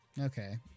Okay